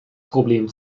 problem